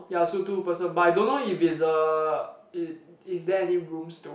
ya so two person but I don't know if it's a it is there any rooms though